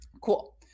Cool